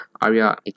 Arya